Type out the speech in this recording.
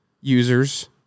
users